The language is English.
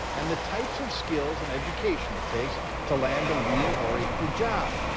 and the types of skills and education it takes to land a wheel-oriented job.